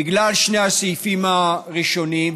בגלל שני הסעיפים הראשונים.